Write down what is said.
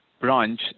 branch